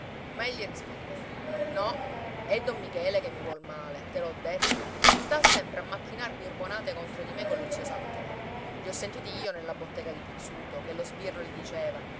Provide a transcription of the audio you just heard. ma egli rispondeva no è don michele che mi vuole male te l'ho detto sta sempre a macchinar birbonate contro di me collo zio antoro i ho sentiti io nella bottega di pizzuto che lo sbirro gli diceva